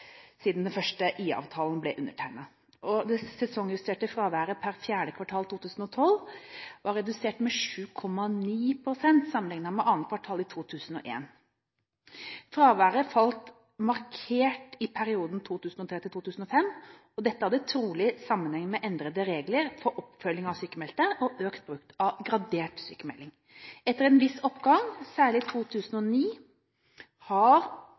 siden den første IA-avtalen ble undertegnet. Det sesongjusterte fraværet per fjerde kvartal 2012 var redusert med 7,9 pst., sammenliknet med andre kvartal i 2001. Fraværet falt markert i perioden 2003–2005, og dette hadde trolig sammenheng med endrede regler for oppfølging av sykmeldte og økt bruk at gradert sykmelding. Etter en viss oppgang, særlig i 2009, har